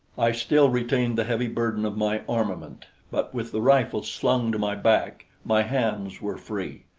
i still retained the heavy burden of my armament but with the rifle slung to my back, my hands were free.